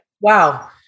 Wow